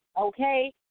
okay